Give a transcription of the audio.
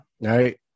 Right